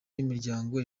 n’imiryango